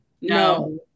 no